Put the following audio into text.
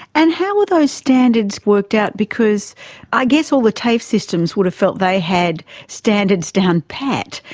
and how were those standards worked out? because i guess all the tafe systems would have felt they had standards down pat,